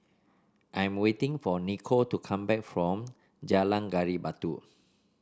I'm waiting for Niko to come back from Jalan Gali Batu